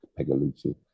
Pegalucci